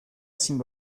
seem